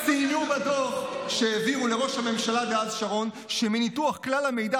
ציינו בדוח שהעבירו לראש הממשלה דאז שרון שמניתוח כלל המידע